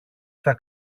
στα